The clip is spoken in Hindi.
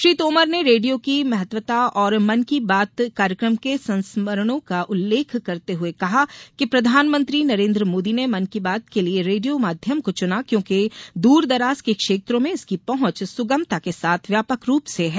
श्री तोमर ने रेडियो की महत्ता और मन की बात कार्यक्रम के संस्मरणों का उल्लेख करते हुए कहा कि प्रधानमंत्री नरेन्द्र मोदी ने मन की बात के लिये रेडियो माध्यम को चुना क्योकि दूरदराज के क्षेत्रों में इसकी पहंच सुगमता के साथ व्यापक रूप से है